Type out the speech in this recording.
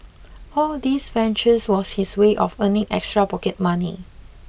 all these ventures was his way of earning extra pocket money